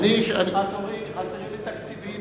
חסרים לי תקציבים,